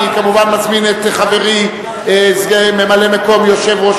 אני כמובן מזמין את חברי ממלא-מקום יושב-ראש